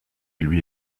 lui